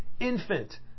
infant